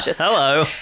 Hello